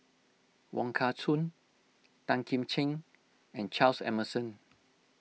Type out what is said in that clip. Wong Kah Chun Tan Kim Ching and Charles Emmerson